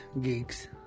geeks